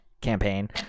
campaign